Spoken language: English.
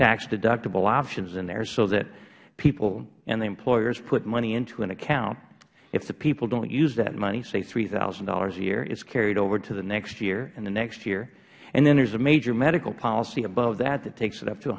tax deductible options in there so that people and the employers put money into an account if the people dont use that money say three thousand dollars a year it is carried over to the next year and the next year then there is a major medical policy above that which takes it